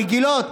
הרגילות,